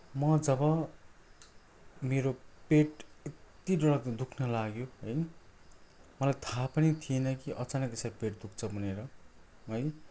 म जब मेरो पेट यत्ति डरलाग्दो दुख्न लाग्यो है मलाई थाहा पनि थिएन अचानक यसरी पेट पनि दुख्छ भनेर है